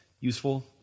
useful